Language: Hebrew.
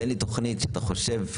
"תן לי תוכנית שאתה חושב,